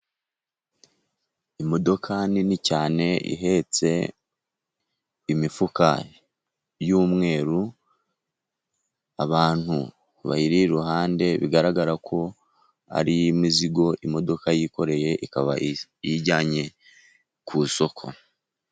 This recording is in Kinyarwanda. Imodoka nini cyane ihetse imifuka y'umweru, abantu bayiri iruhande, bigaragara ko ari imizigo imodoka yikoreye ikaba iyijyanye ku isoko.